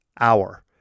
hour